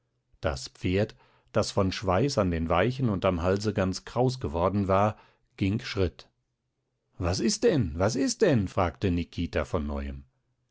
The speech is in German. das pferd das von schweiß an den weichen und am halse ganz kraus geworden war ging schritt was ist denn was ist denn fragte nikita von neuem